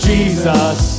Jesus